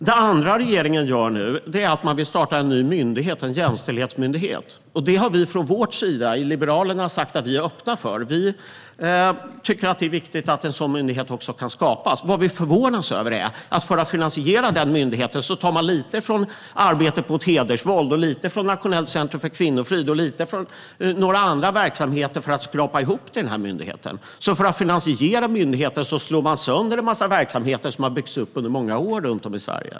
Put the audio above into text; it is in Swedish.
Det andra regeringen vill göra nu är att starta en ny myndighet, en jämställdhetsmyndighet. Det har vi i Liberalerna sagt att vi är öppna för. Vi tycker att det är viktigt att en sådan myndighet kan skapas. Vad vi förvånas över är finansieringen av myndigheten. Man tar lite från arbetet mot hedersvåld, lite från Nationellt centrum för kvinnofrid och lite från några andra verksamheter för att skrapa ihop till den här myndigheten. För att finansiera myndigheten slår man alltså sönder en massa verksamheter som har byggts upp under många år runt om i Sverige.